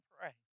pray